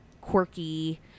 quirky